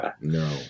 No